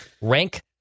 Rank